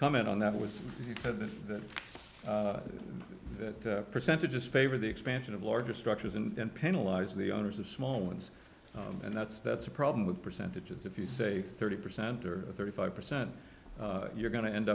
comment on that was that that that percentage just favor the expansion of larger structures and penalize the owners of small ones and that's that's a problem with percentages if you say thirty percent or thirty five percent you're going to end